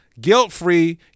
guilt-free